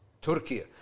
Turkey